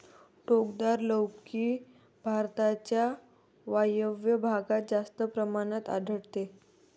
टोकदार लौकी भारताच्या वायव्य भागात जास्त प्रमाणात आढळते